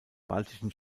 baltischen